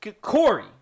Corey